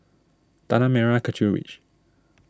Tanah Merah Kechil Ridge